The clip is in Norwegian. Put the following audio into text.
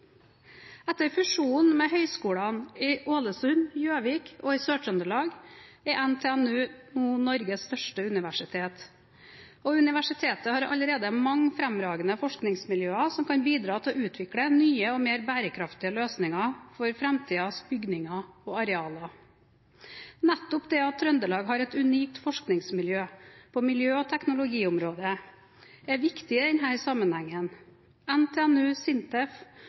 Etter fusjonen med høyskolene i Ålesund, Gjøvik og Sør-Trøndelag er NTNU nå Norges største universitet, og universitetet har allerede mange fremragende forskningsmiljøer som kan bidra til å utvikle nye og mer bærekraftige løsninger for framtidens bygninger og arealer. Nettopp det at Trøndelag har et unikt forskningsmiljø på miljø- og teknologiområdet, er viktig i denne sammenhengen. NTNU, SINTEF